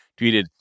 tweeted